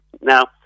Now